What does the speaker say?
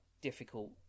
difficult